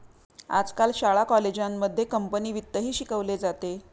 आजकाल शाळा कॉलेजांमध्ये कंपनी वित्तही शिकवले जाते